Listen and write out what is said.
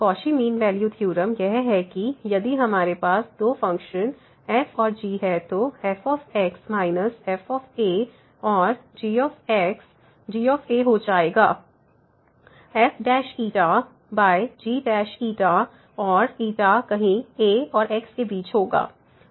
Cauchy mean value theorem यह है कि यदि हमारे पास दो फ़ंक्शन f और g है तो f x f और g xg हो जाएगा fξgξ और कहीं a और x के बीच होगा